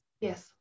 Yes